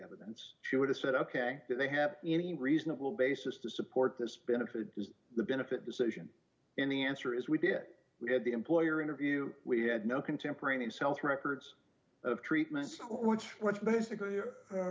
evidence she would have said ok did they have any reasonable basis to support this benefit is the benefit decision and the answer is we did we had the employer interview we had no contemporaneous health records of treatments which basically